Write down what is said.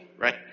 right